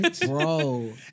Bro